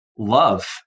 Love